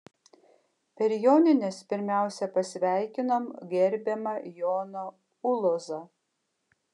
per jonines pirmiausia pasveikinom gerbiamą joną ulozą